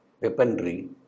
weaponry